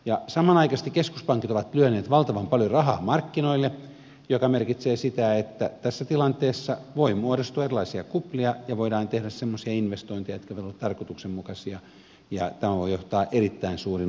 ja samanaikaisesti keskuspankit ovat lyöneet valtavan paljon rahaa markkinoille mikä merkitsee sitä että tässä tilanteessa voi muodostua erilaisia kuplia ja voidaan tehdä semmoisia investointeja jotka eivät ole tarkoituksenmukaisia ja tämä voi johtaa erittäin suuriin ongelmiin tulevaisuudessa